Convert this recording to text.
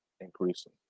increasing